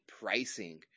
pricing